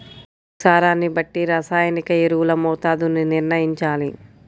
భూసారాన్ని బట్టి రసాయనిక ఎరువుల మోతాదుని నిర్ణయంచాలి